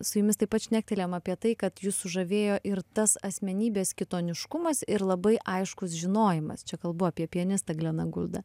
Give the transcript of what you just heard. su jumis taip pat šnektelėjom apie tai kad jus sužavėjo ir tas asmenybės kitoniškumas ir labai aiškus žinojimas čia kalbu apie pianistą gleną guldą